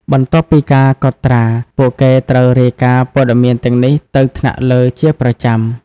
បន្ទាប់ពីការកត់ត្រា ពួកគេត្រូវរាយការណ៍ព័ត៌មានទាំងនេះទៅថ្នាក់លើជាប្រចាំ។